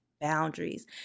boundaries